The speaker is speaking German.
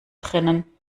drinnen